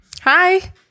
hi